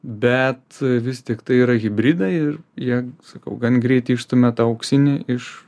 bet vis tiktai yra hibridai ir jie sakau gan greitai išstumia tą auksinį iš